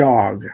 Dog